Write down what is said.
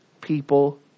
people